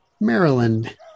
Maryland